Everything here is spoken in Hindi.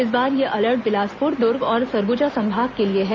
इस बार ये अलर्ट बिलासपुर दुर्ग और सरगुजा संभाग के लिए है